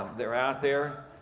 they're out there,